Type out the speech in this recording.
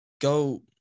go